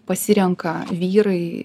pasirenka vyrai